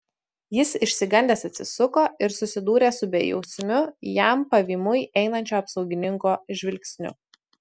jis išsigandęs atsisuko ir susidūrė su bejausmiu jam pavymui einančio apsaugininko žvilgsniu